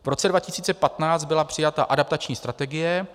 V roce 2015 byla přijata adaptační strategie.